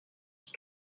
sont